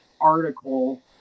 article